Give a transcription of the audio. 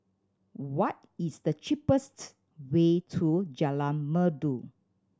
what is the cheapest way to Jalan Merdu